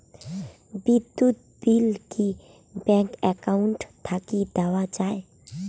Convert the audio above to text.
বিদ্যুৎ বিল কি bank account থাকি দেওয়া য়ায়?